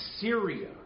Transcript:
Syria